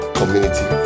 community